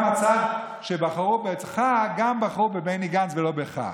גם הצד שבחרו בך בחרו בבני גנץ ולא בך.